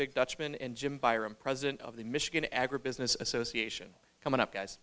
big dutchman and jim byron president of the michigan agribusiness association coming up guys